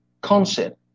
concept